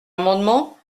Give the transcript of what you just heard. amendement